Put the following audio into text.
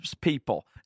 people